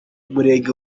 murenge